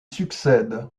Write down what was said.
succède